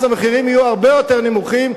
אז המחירים יהיו הרבה יותר נמוכים.